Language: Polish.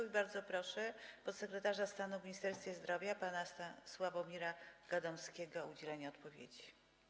I bardzo proszę podsekretarza stanu w Ministerstwie Zdrowia pana Sławomira Gadomskiego o udzielenie odpowiedzi.